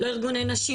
לא ארגוני נשים,